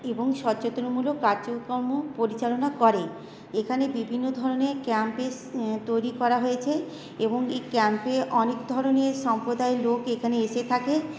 এবং সচেতনমূলক কাজকর্ম পরিচালনা করে এখানে বিভিন্ন ধরনের ক্যাম্পের তৈরি করা হয়েছে এবং এই ক্যাম্পে অনেক ধরনের সম্পোদায়ের লোক এখানে এসে থাকে